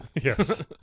yes